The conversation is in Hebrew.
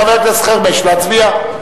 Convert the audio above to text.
חבר הכנסת חרמש, להצביע?